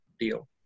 deal